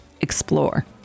Explore